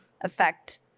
affect